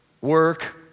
work